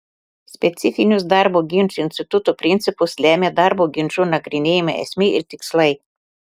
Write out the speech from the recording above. specifinius darbo ginčų instituto principus lemia darbo ginčų nagrinėjimo esmė ir tikslai